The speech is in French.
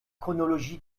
chronologie